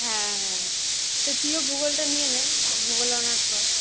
হ্যাঁ হ্যাঁ তো তুইও ভূগোলটা নিয়ে নে ভূগোলে অনার্স কর